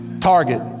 Target